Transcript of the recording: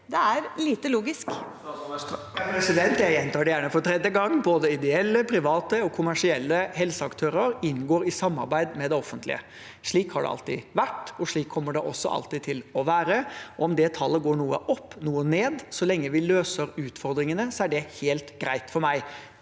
Vestre Jeg gjen- tar det gjerne for tredje gang: Både ideelle, private og kommersielle helseaktører inngår i samarbeid med det offentlige. Slik har det alltid vært, og slik kommer det også alltid til å være. Om det tallet går noe opp eller noe ned, er det helt greit for meg